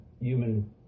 human